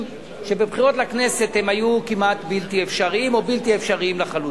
שבבחירות לכנסת הם היו כמעט בלתי-אפשריים או בלתי-אפשריים לחלוטין.